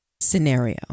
scenario